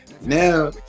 Now